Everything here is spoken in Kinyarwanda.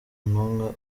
numwe